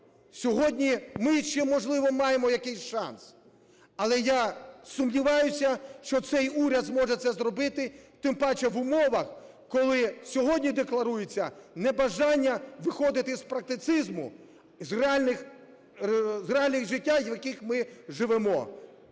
Сьогодні ми ще, можливо, маємо якийсь шанс, але я сумніваюся, що цей уряд зможе це зробити, тим паче в умовах, коли сьогодні декларується небажання виходити з практицизму, з реалій життя, в яких ми живемо.